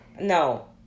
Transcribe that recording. No